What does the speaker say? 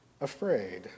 afraid